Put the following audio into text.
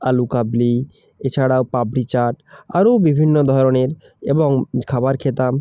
আলু কাবলি এছাড়া পাপড়ি চাট আরও বিভিন্ন ধরনের এবং খাবার খেতাম